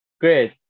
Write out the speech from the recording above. great